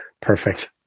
Perfect